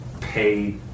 pay